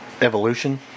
evolution